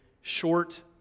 short